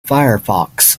firefox